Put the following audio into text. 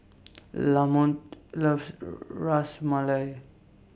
Lamont loves Ras Malai